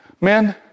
Men